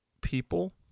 people